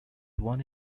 one